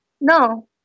No